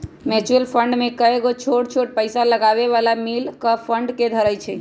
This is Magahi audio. म्यूचुअल फंड में कयगो छोट छोट पइसा लगाबे बला मिल कऽ फंड के धरइ छइ